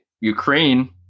Ukraine